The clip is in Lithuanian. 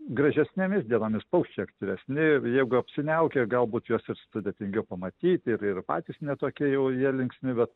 gražesnėmis dienomis paukščiai aktyvesni jeigu apsiniaukę galbūt juos ir sudėtingiau pamatyti ir ir patys ne tokie jau jie linksmi bet